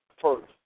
first